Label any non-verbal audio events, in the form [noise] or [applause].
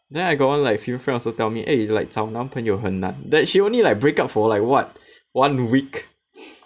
then I got one like female friend also tell me eh like 找男朋友很难 then she only like break up for like what one week [breath]